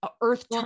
earth